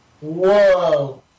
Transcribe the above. Whoa